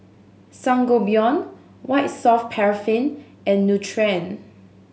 Sangobion White Soft Paraffin and Nutren